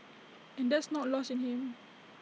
and that's not lost in him